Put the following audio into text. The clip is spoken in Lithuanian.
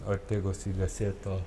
ortegos igasėto